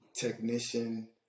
technician